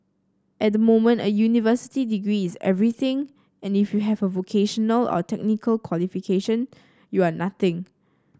at the moment a university degree is everything and if you have a vocational or technical qualification you are nothing